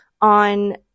on